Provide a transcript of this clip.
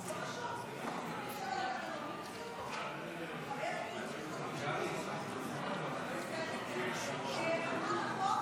84. אנא